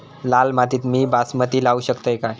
लाल मातीत मी बासमती लावू शकतय काय?